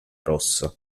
rossa